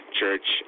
church